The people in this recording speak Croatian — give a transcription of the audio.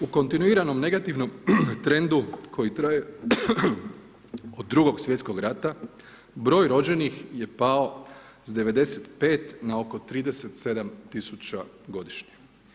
U kontinuiranom negativnom trendu koji traje od Drugog svjetskog rata broj rođenih je pao sa 95 na oko 37 tisuća godišnje.